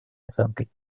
оценкой